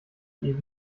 ewig